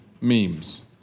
memes